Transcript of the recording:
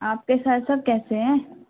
آپ کے سر سب کیسے ہیں